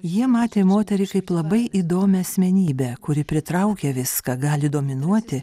jie matė moterį kaip labai įdomią asmenybę kuri pritraukia viską gali dominuoti